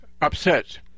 upset